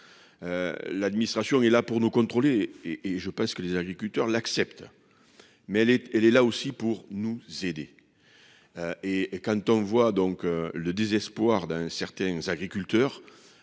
L'administration est là pour nous contrôler et je pense que les agriculteurs l'acceptent. Mais elle est elle est là aussi pour nous aider. Et quand on voit donc le désespoir d'un certain agriculteurs.